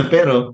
Pero